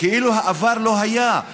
כאילו העבר לא היה,